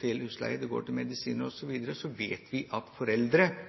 til husleie, de går til medisiner osv. Så vet vi at foreldre